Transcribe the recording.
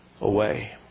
Away